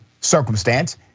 circumstance